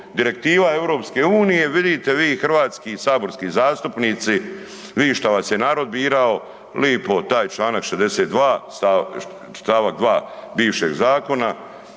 direktiva EU, vidite vi hrvatski saborski zastupnici, vi šta vas je narod birao, lipo taj čl. 62. st. 2 bivšeg zakona,